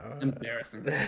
Embarrassing